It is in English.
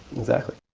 exactly.